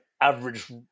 average